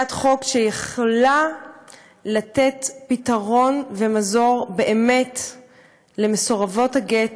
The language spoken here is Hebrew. הצעת חוק שבאמת יכלה לתת פתרון ומזור למסורבות הגט,